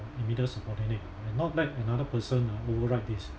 immediate subordinate and not let another person uh override this